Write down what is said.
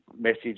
message